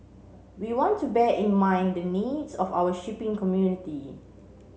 we want to bear in mind the needs of our shipping community